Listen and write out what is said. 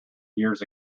years